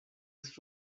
was